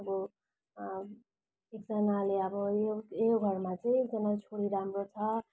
एकजानाले अब यो यो घरमा चाहिँ एकजना छोरी राम्रो छ